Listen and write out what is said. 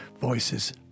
voices